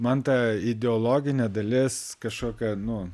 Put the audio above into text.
man ta ideologinė dalis kažkokia nu